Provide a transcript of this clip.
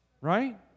Right